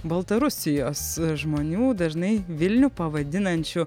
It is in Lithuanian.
baltarusijos žmonių dažnai vilnių pavadinančių